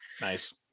nice